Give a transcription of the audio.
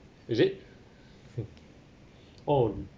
is it oh